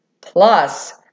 Plus